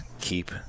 keep